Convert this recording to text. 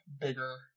bigger